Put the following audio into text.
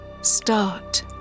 start